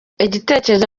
igitekerezo